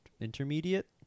intermediate